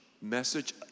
message